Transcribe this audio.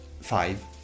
five